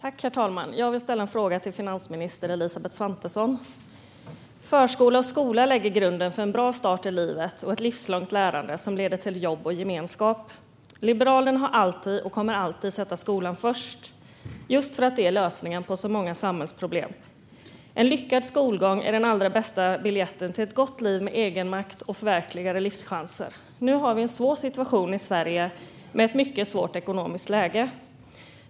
Herr talman! Jag vill ställa en fråga till finansminister Elisabeth Svantesson. Förskola och skola lägger grunden för en bra start i livet och ett livslångt lärande som leder till jobb och gemenskap. Liberalerna har alltid satt skolan först och kommer alltid att göra det, just för att det är lösningen på så många samhällsproblem. En lyckad skolgång är den allra bästa biljetten till ett gott liv, med egenmakt och förverkligade livschanser. Nu har vi en svår situation i Sverige med ett mycket svårt ekonomiskt läge.